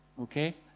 Okay